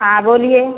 हाँ बोलिए